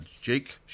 Jake